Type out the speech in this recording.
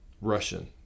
Russian